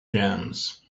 jams